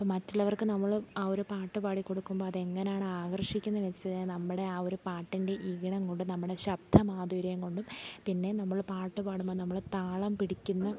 ഇപ്പം മറ്റുള്ളവർക്കു നമ്മൾ ആ ഒരു പാട്ട് പാടിക്കൊടുക്കുമ്പം അതെങ്ങനെയാണാകർഷിക്കുന്നത് വെച്ചു നമ്മുടെ ആ ഒരു പാട്ടിൻ്റെ ഈണം കൊണ്ടും നമ്മുടെ ശബ്ദ മാധുര്യം കൊണ്ടും പിന്നെ നമ്മൾ പാട്ടു പാടുമ്പം നമ്മൾ താളം പിടിക്കുന്ന